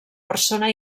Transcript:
persona